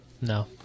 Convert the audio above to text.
No